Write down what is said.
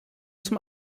zum